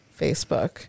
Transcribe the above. facebook